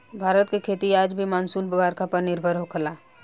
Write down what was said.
भारत के खेती आज भी मानसून आ बरखा पर होला